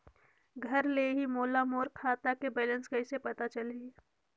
घर ले ही मोला मोर खाता के बैलेंस कइसे पता चलही?